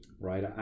right